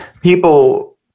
people